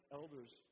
elders